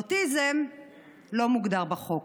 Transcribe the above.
אוטיזם לא מוגדר בחוק.